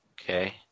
okay